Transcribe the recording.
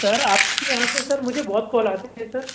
sir आपके यहाँ से सर मुझे बहुत कॉल आते थे सर